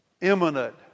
imminent